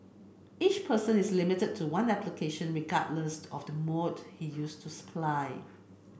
each person is limited to one application regardless of the mode he used to supply